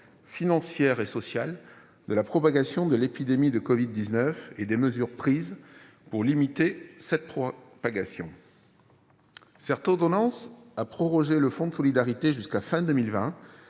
financières et sociales de la propagation de l'épidémie de covid-19 et des mesures prises pour limiter cette propagation. Cette ordonnance a prorogé le fonds de solidarité jusqu'à la fin